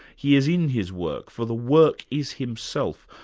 he is in his work, for the work is himself.